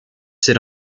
sit